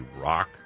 rock